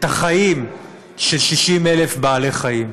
את החיים של 60,000 בעלי-חיים?